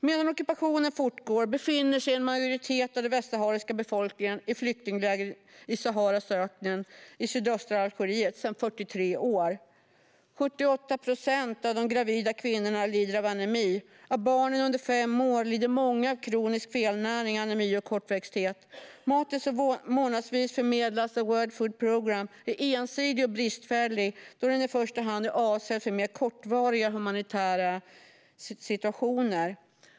Medan ockupationen fortgår befinner sig en majoritet av den västsahariska befolkningen i flyktingläger i Saharas öken i sydöstra Algeriet sedan 43 år. 78 procent av de gravida kvinnorna lider av anemi. Många av barnen under fem år lider av kronisk felnäring, anemi och kortväxthet. Maten som månadsvis förmedlas av World Food Programme är ensidig och bristfällig, då den i första hand är avsedd för mer kortvariga humanitära situationer.